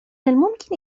الممكن